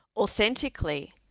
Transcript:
authentically